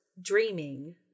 dreaming